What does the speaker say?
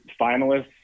finalists